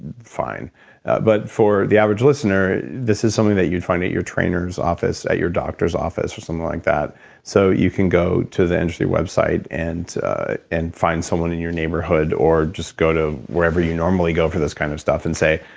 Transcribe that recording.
fine but, for the average listener, this is something that you would find at your trainer's office, at your doctor's office or something like that so, you can go to the interesting website and and find someone ion and your neighborhood, or just go to wherever you normally go for this kind of stuff and say,